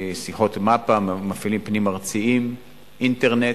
שיחות מפ"א, מפעילים פנים-ארציים, אינטרנט,